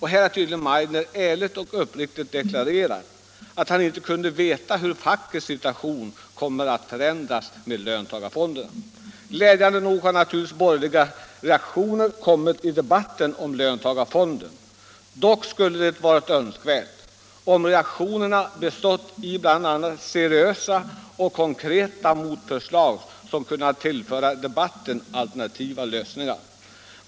Här har tydligen Meidner ärligt och uppriktigt deklarerat att han inte kan veta hur fackets situation kommer att förändras med löntagarfonderna. Glädjande nog har naturligtvis borgerliga reaktioner kommit i debatten om löntagarfonderna. Dock skulle det ha varit önskvärt att reaktionerna bestått i bl.a. seriösa och konkreta motförslag, som kunnat tillföra diskussionen alternativa lösningar.